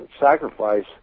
sacrifice